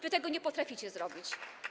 Wy tego nie potraficie zrobić.